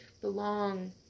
belong